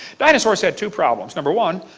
dinosaurs had two problems number one,